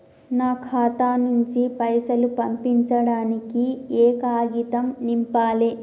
నా ఖాతా నుంచి పైసలు పంపించడానికి ఏ కాగితం నింపాలే?